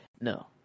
No